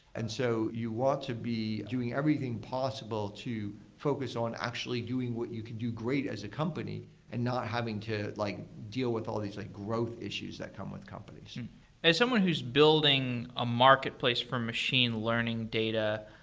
and so you want to be doing everything possible to focus on actually doing what you can do great as a company and not having to like deal with all these growth issues that come with companies as someone who's building a marketplace for machine learning data,